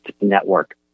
network